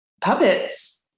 puppets